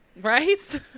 Right